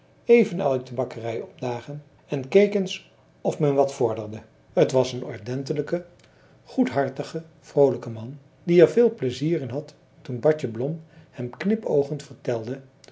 even uit de bakkerij opdagen en keek eens of men wat vorderde het was een ordentelijke goedhartige vroolijke man die er heel veel pleizier in had toen bartje blom hem knipoogend vertelde